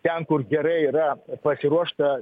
ten kur gerai yra pasiruošta